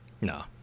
No